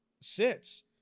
sits